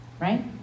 right